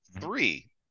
Three